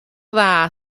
dda